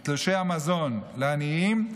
מתלושי המזון לעניים.